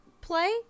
play